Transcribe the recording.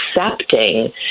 accepting